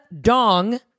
dong